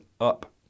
up